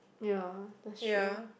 ya that's true